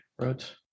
right